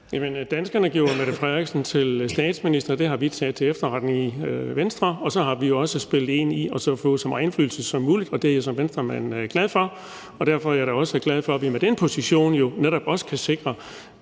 danskerne gjorde jo Mette Frederiksen til statsminister, og det har vi taget til efterretning i Venstre. Og så har vi også spillet ind med at få så meget indflydelse som muligt, og det er jeg som Venstremand glad for. Derfor er jeg da også glad for, at vi med den position netop også kan være